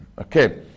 Okay